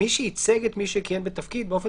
מי שייצג את מי שכיהן בתפקיד באופן